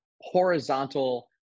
horizontal